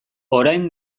orain